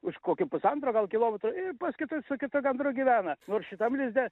už kokio pusantro gal kilometro ir pas kitus su kitu gandru gyvena nors šitam lizde